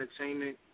Entertainment